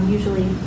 Usually